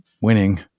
winning